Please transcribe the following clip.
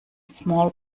small